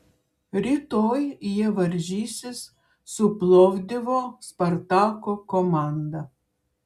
rytoj jie varžysis su plovdivo spartako komanda